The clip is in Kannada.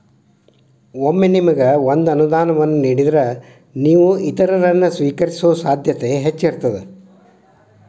ಒಮ್ಮೆ ನಿಮಗ ಒಂದ ಅನುದಾನವನ್ನ ನೇಡಿದ್ರ, ನೇವು ಇತರರನ್ನ, ಸ್ವೇಕರಿಸೊ ಸಾಧ್ಯತೆ ಹೆಚ್ಚಿರ್ತದ